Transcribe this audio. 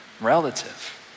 relative